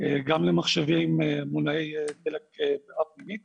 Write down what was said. גם למחשבים מונעי דלק בערה פנימית